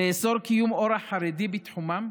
לאסור קיום אורח חיים חרדי בתחומם?